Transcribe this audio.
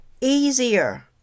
easier